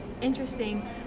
Interesting